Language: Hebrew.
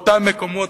באותם מקומות,